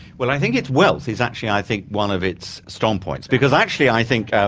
well, i think its wealth, is actually, i think, one of its strong points because, actually i think, and